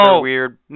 weird